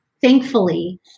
Thankfully